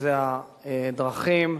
שזה הדרכים,